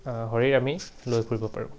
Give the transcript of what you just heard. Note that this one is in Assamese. শৰীৰ আমি লৈ ফুৰিব পাৰো